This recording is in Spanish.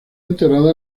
enterrada